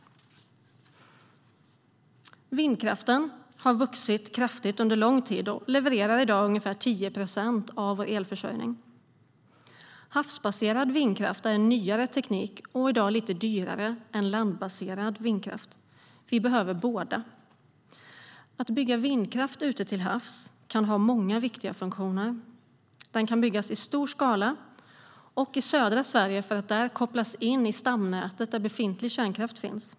Vindkraften har vuxit kraftigt under lång tid och levererar i dag ungefär 10 procent av vår elförsörjning. Havsbaserad vindkraft är en nyare teknik som i dag är lite dyrare än landbaserad vindkraft. Vi behöver båda. Att bygga vindkraft ute till havs kan ha många viktiga funktioner. Den kan byggas i stor skala och i södra Sverige kopplas in på stamnätet där befintlig kärnkraft finns.